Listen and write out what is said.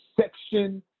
section